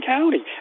County